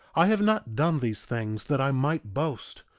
i have not done these things that i might boast,